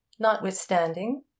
notwithstanding